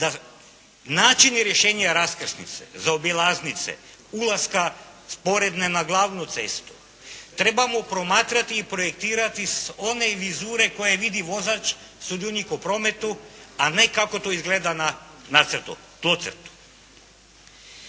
Načini rješenja raskrsnice, zaobilaznice, ulaska sporedne na glavnu cestu trebamo promatrati i projektirati s one vizure koju vidi vozač, sudionik u prometu, a ne kako to izgleda na nacrtu,